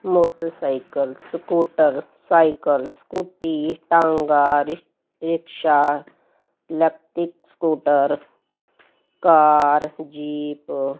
motorcycle scooter cycle scooty tonga rickshaw electric scooter car jeep